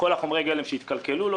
על כל חומרי הגלם שהתקלקלו לו,